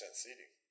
seating